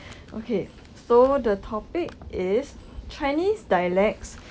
okay so the topic is chinese dialects